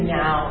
now